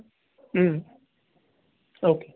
ಹ್ಞೂ ಓಕೆ